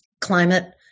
climate